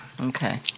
Okay